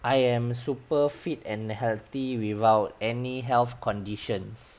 I am super fit and healthy without any health conditions